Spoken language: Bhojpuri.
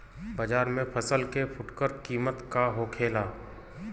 बाजार में फसल के फुटकर कीमत का होखेला?